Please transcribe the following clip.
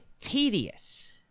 tedious